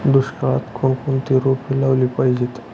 दुष्काळात कोणकोणती रोपे लावली पाहिजे?